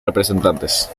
representantes